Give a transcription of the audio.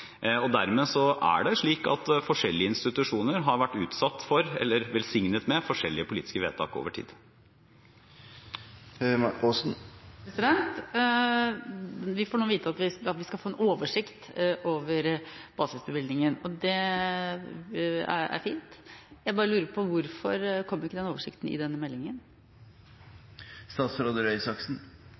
vedtak. Dermed er det slik at forskjellige institusjoner har vært utsatt for – eller velsignet med – forskjellige politiske vedtak over tid. Vi får nå vite at vi skal få en oversikt over basisbevilgningen, og det er fint. Jeg bare lurer på hvorfor kom ikke den oversikten i denne meldingen?